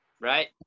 right